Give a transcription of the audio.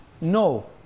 No